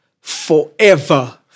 forever